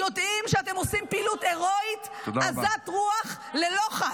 יודעים שאתם עושים פעילות הרואית עזת רוח ללא חת.